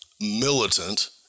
militant